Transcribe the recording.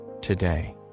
today